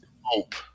Hope